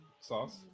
Sauce